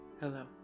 Hello